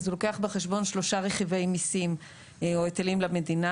אז הוא לא קח בחשבון שלושה רכיבי מיסים או היטלים למדינה.